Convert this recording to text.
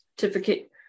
Certificate